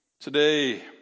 Today